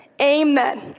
Amen